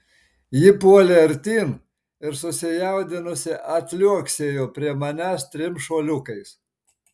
ji puolė artyn ir susijaudinusi atliuoksėjo prie manęs trim šuoliukais